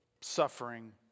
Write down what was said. Suffering